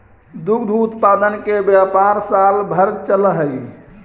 दुग्ध उत्पादन के व्यापार साल भर चलऽ हई